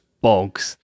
bogs